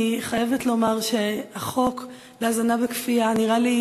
אני חייבת לומר שהחוק להזנה בכפייה נראה לי